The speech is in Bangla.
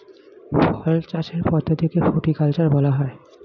ফল চাষের পদ্ধতিকে ফ্রুটিকালচার বলা হয়